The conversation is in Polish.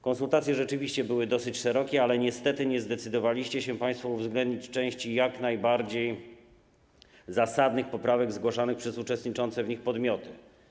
Konsultacje rzeczywiście były dosyć szerokie, ale niestety nie zdecydowaliście się państwo uwzględnić części jak najbardziej zasadnych poprawek zgłaszanych przez uczestniczące w konsultacjach podmioty.